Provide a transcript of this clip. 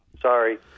Sorry